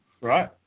right